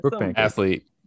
Athlete